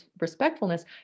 respectfulness